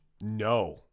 No